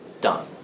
done